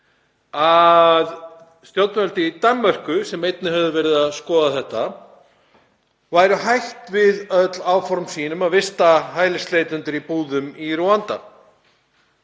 að stjórnvöld í Danmörku, sem einnig höfðu verið að skoða þetta, væru hætt við öll áform sín um að vista hælisleitendur í búðum í Rúanda.